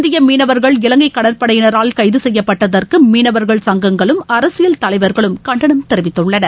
இந்திய மீனவர்கள் இலங்கை கைது செய்யப்பட்டதற்கு மீனவர்கள் சங்கங்களும் அரசியல் தலைவர்களும் கண்டனம் தெரிவித்துள்ளனர்